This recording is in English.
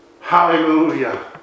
Hallelujah